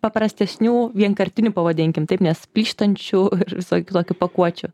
paprastesnių vienkartinių pavadinkim taip nes plyštančių visokių tokių pakuočių